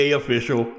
official